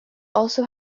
also